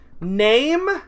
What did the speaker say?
Name